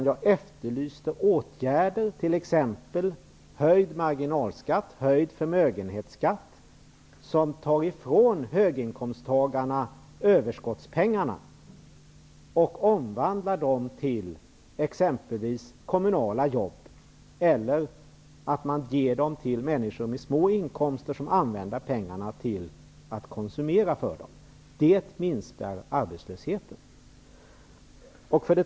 Jag efterlyste åtgärder, t.ex. höjd marginalskatt och förmögenhetsskatt, som tar ifrån höginkomsttagarna överskottspengarna och omvandlar dem till exempelvis kommunala jobb eller ger dem till människor med låga inkomster för att använda dem till konsumtion. Det minskar arbetslösheten.